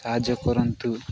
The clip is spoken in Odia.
ସାହାଯ୍ୟ କରନ୍ତୁ